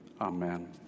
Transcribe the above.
Amen